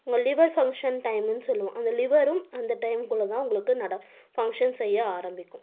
உங்கள் liver function டைமுனு சொல்வோம் அந்த லிவரும் அந்த டைமுக்குள்ளே தான் உங்களுக்கு ஃபங்ஷன் செய்ய ஆரம்பிக்கும்